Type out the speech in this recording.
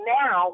now